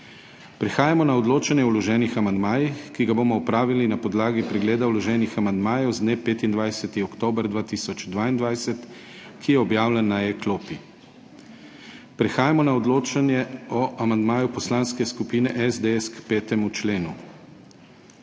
Prehajamo na odločanje o vloženih amandmajih, ki ga bomo opravili na podlagi pregleda vloženih amandmajev z dne 25. oktober 2022, ki je objavljen na e-klopi. Prehajamo na odločanje o amandmaju Poslanske skupine SDS k 5. členu.